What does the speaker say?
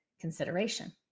consideration